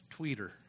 tweeter